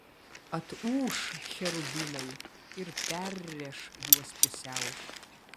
atūš cherubinai ir perrėš juos pusiau